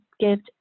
gift